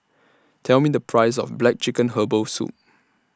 Tell Me The Price of Black Chicken Herbal Soup